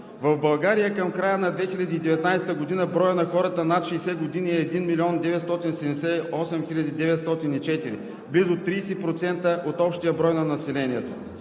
В България към края на 2019 г. броят на хората над 60 години е 1 978 904 – близо 30% от общия брой на населението.